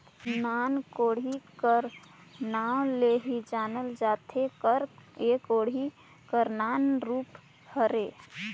नान कोड़ी कर नाव ले ही जानल होथे कर एह कोड़ी कर नान रूप हरे